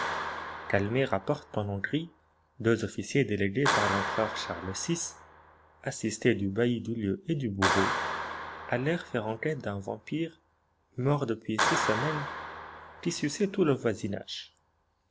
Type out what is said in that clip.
calmet rapporte qu'en hongrie deux officiers délégués par l'empereur charles vi assistés du bailli du lieu et du bourreau allèrent faire enquête d'un vampire mort depuis six semaines qui suçait tout le voisinage